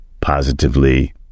positively